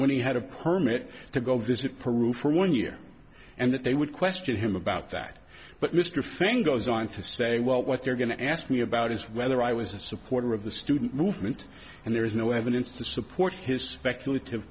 when he had a permit to go visit peru for one year and that they would question him about that but mr fane goes on to say well what you're going to ask me about is whether i was a supporter of the student movement and there is no evidence to support his speculative